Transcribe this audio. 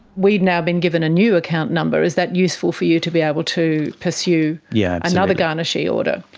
we've now been given a new account number, is that useful for you to be able to pursue yeah another garnishee order?